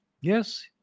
yes